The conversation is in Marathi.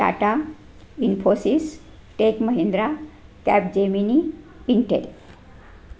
Tata Infosys Tech Mahindra Capgemini Intel